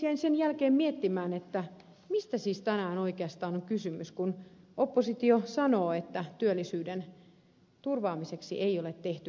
jäin puheenvuoron jälkeen miettimään mistä siis tänään oikeastaan on kysymys kun oppositio sanoo että työllisyyden turvaamiseksi ei ole tehty kaikkea